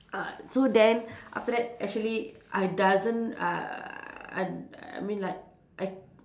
uh so then after that actually I doesn't uh I I mean like I